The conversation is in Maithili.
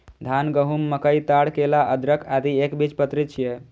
धान, गहूम, मकई, ताड़, केला, अदरक, आदि एकबीजपत्री छियै